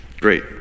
great